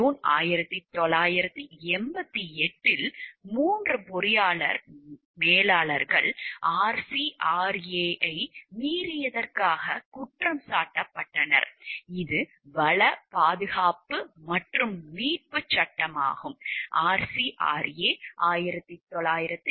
June 1988 இல் 3 பொறியாளர் மேலாளர்கள் RCRA ஐ மீறியதற்காக குற்றம் சாட்டப்பட்டனர் இது வள பாதுகாப்பு மற்றும் மீட்புச் சட்டமாகும்